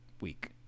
week